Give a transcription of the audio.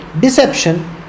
deception